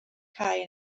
cae